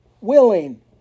Willing